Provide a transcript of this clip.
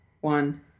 one